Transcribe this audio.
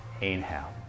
Inhale